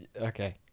Okay